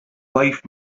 life